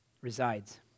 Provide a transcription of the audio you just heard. resides